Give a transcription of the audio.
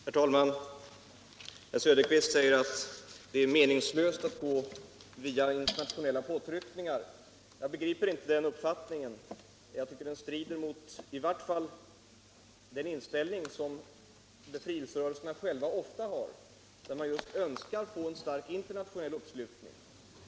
Herr talman! Herr Söderqvist sade att det är meningslöst att använda sig av internationella påtryckningar, men jag begriper inte den uppfattningen. I varje fall tycker jag att den strider mot den önskan som befrielserörelserna själva ofta har, nämligen att få just en stark internationell uppslutning.